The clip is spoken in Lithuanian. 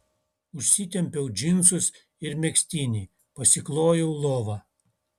užsitempiau džinsus ir megztinį pasiklojau lovą